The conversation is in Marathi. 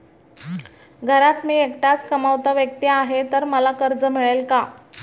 घरात मी एकटाच कमावता व्यक्ती आहे तर मला कर्ज मिळेल का?